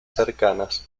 cercanas